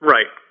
Right